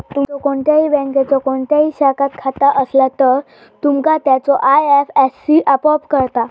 तुमचो कोणत्याही बँकेच्यो कोणत्याही शाखात खाता असला तर, तुमका त्याचो आय.एफ.एस.सी आपोआप कळता